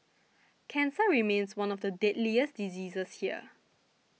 cancer remains one of the deadliest diseases here